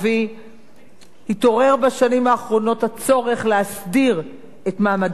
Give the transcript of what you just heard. התעורר בשנים האחרונות הצורך להסדיר את מעמדם באמצעות חקיקה.